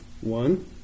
one